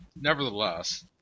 nevertheless